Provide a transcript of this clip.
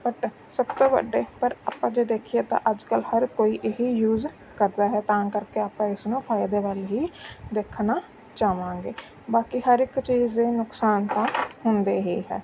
but ਸਭ ਤੋਂ ਵੱਡੇ ਪਰ ਆਪਾਂ ਜੇ ਦੇਖੀਏ ਤਾਂ ਅੱਜ ਕੱਲ੍ਹ ਹਰ ਕੋਈ ਇਹ ਹੀ ਯੂਜ ਕਰਦਾ ਹੈ ਤਾਂ ਕਰਕੇ ਆਪਾਂ ਇਸ ਨੂੰ ਫ਼ਾਇਦੇ ਵੱਲ ਹੀ ਦੇਖਣਾ ਚਾਹਵਾਂਗੇ ਬਾਕੀ ਹਰ ਇੱਕ ਚੀਜ਼ ਦੇ ਨੁਕਸਾਨ ਤਾਂ ਹੁੰਦੇ ਹੀ ਹੈ